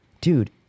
Dude